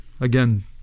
again